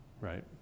right